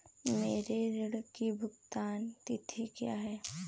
मेरे ऋण की भुगतान तिथि क्या है?